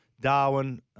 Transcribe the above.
Darwin